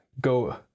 go